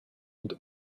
would